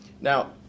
Now